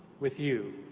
with you.